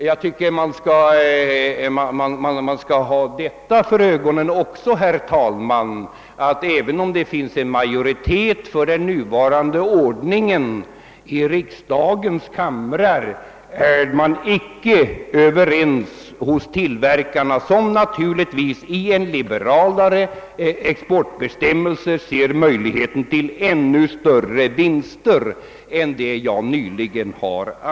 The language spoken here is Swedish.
Jag tycker, herr talman, att man också skall ha detta i minnet. Ty även om det finns en majoritet i riksdagens kamrar som är för den nuvarande ordningen är tillverkarna det icke. Dessa ser naturligtvis i liberalare exportbestämmelser möjligheter till ännu större vinster än de jag nyss nämnde.